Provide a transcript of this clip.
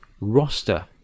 roster